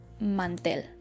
mantel